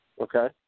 Okay